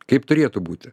kaip turėtų būti